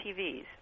TVs